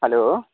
hello